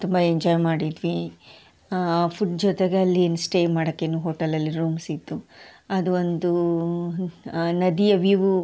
ತುಂಬಾ ಎಂಜಾಯ್ ಮಾಡಿದ್ವಿ ಫುಡ್ ಜೊತೆಗೆ ಅಲ್ಲಿ ಏನು ಸ್ಟೇ ಮಾಡಕ್ಕೇನು ಹೋಟಲಲ್ಲಿ ರೂಮ್ಸ್ ಇತ್ತು ಅದು ಒಂದು ನದಿಯ ವ್ಯೂ